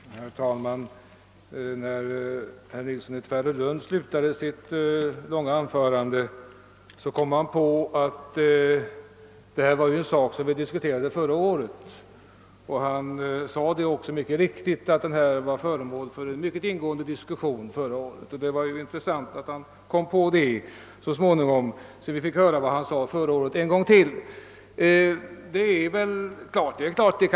Herr talman! Innan herr Nilsson i Tvärålund slutade sitt långa anförande kom han på att denna fråga diskuterades förra året i riksdagen. Han sade mycket riktigt att frågan då var föremål för en mycket ingående diskussion. Det var intressant att han så småningom kom på det, tyvärr fick vi ännu en gång höra vad han sade förra året.